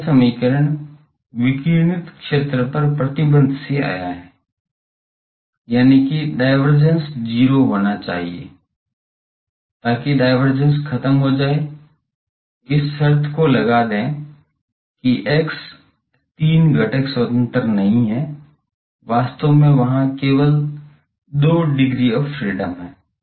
यह समीकरण विकिरणित क्षेत्र पर प्रतिबंध से आया है यानिकि डाईवेर्जेंस 0 होना चाहिए ताकि डाईवेर्जेंस खत्म हो जाये इस शर्त को लगा दे कि x तीन घटक स्वतंत्र नहीं हैं वास्तव में वहां केवल 2 डिग्री ऑफ़ फ्रीडम है